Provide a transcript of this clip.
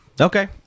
Okay